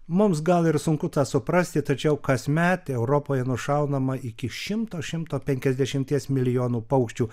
mums gal ir sunku tą suprasti tačiau kasmet europoje nušaunama iki šimto šimto penkiasdešimties milijonų paukščių